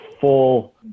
full